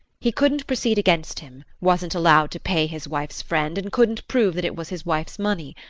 he couldn't proceed against him, wasn't allowed to pay his wife's friend, and couldn't prove that it was his wife's money.